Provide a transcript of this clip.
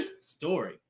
Story